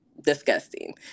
disgusting